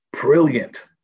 brilliant